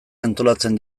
antolatzen